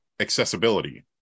accessibility